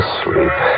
sleep